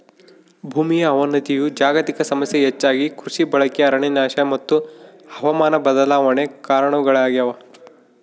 ಭೂಮಿಯ ಅವನತಿಯು ಜಾಗತಿಕ ಸಮಸ್ಯೆ ಹೆಚ್ಚಾಗಿ ಕೃಷಿ ಬಳಕೆ ಅರಣ್ಯನಾಶ ಮತ್ತು ಹವಾಮಾನ ಬದಲಾವಣೆ ಕಾರಣಗುಳಾಗ್ಯವ